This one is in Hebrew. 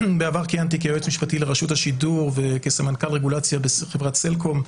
בעבר כיהנתי כיועץ משפטי לרשות השידור וסמנכ"ל רגולציה בחברת סלקום.